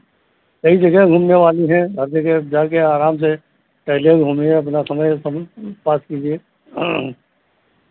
यही जगह घूमने वाली हैं हर जगह जाके आराम से पहले घूमिए अपना समय सब पास कीजिए